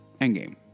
Endgame